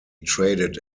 traded